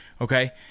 okay